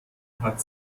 hat